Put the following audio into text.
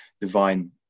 divine